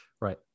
Right